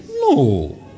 No